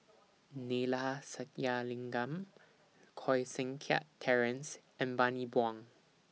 Neila Sathyalingam Koh Seng Kiat Terence and Bani Buang